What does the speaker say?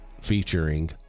featuring